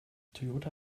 toyota